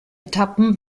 etappen